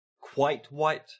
quite-white